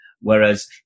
Whereas